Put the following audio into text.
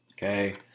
Okay